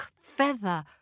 feather